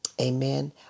amen